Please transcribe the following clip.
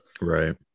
Right